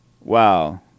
Wow